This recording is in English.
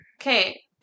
Okay